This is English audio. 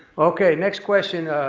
okay, next question.